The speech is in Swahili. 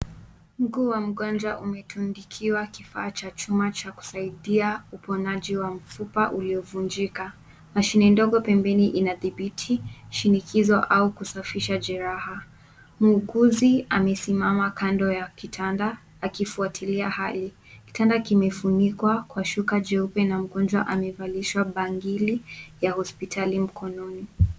Mguu wa mgonjwa umetundikiwa kifaa cha chuma cha kusaidia uponaji wa mfupa ulio vunjika. Mashine kidogo pembeni inadhibiti shinikizo au kusafisha jeraha. Muuguzi amesimama kando ya kitanda akifuatilia hali. Kitanda kimefunikwa kwa shuka jeupe na mgonjwa amevalishwa bangili ya hospitali mkononi.